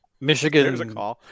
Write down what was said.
Michigan